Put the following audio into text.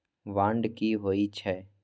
Bond की होई छै?